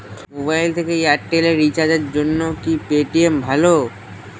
Mobile থেকে Airtel এ রিচার্জের জন্য কি পেটিএম ভালো?